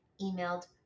emailed